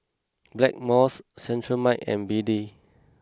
Blackmores Cetrimide and B D